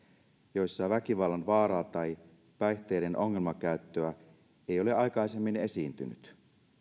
joissa väkivallan vaaraa tai päihteiden ongelmakäyttöä ei ole aikaisemmin esiintynyt